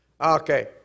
Okay